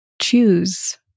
choose